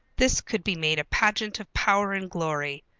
this could be made a pageant of power and glory.